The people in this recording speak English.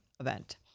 event